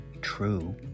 true